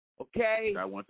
Okay